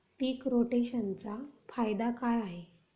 पीक रोटेशनचा फायदा काय आहे?